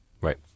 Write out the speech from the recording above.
Right